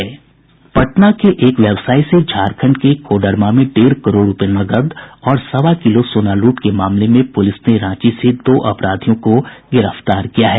पटना के एक व्यवसायी से झारखंड के कोडरमा में डेढ़ करोड़ रूपये नकद और सवा किलो सोना लूट के मामले में पुलिस ने रांची से दो अपराधियों को गिरफ्तार किया है